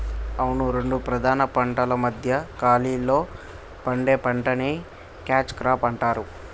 అవును రెండు ప్రధాన పంటల మధ్య ఖాళీలో పండే పంటని క్యాచ్ క్రాప్ అంటారు